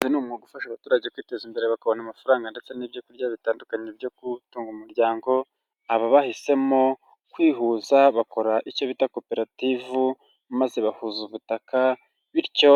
Uyu ni umwubu ugufasha abaturage kwiteza imbere bakabona amafaranga ndetse n'ibyokurya bitandukanye byo gutunga umuryango. Aba bahisemo kwihuza bakora icyo bita ishyirahamwe maze bahuza ubutaka bityo